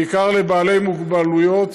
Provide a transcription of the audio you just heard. בעיקר לבעלי מוגבלויות.